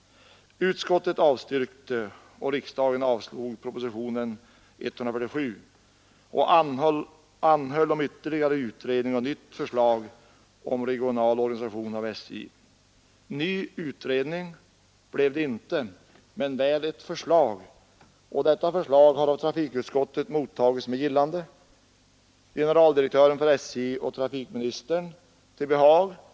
Utskottet avstyrkte den gången propositionen 147 och riksdagen avslog regeringsförslaget och anhöll om ytterligare utredning och nytt förslag om regional organisation av SJ. Någon ny utredning tillsattes emellertid inte, men vi har nu fått ett förslag som trafikutskottet har mottagit med gillande, generaldirektören vid SJ och trafikministern till behag.